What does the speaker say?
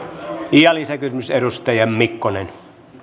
lisäkysymys edustaja mikkonen